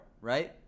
right